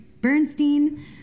Bernstein